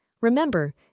Remember